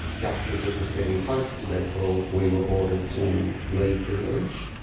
just as it was getting close to leadville we were ordered to leave the village.